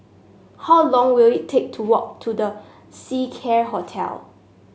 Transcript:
how long will it take to walk to The Seacare Hotel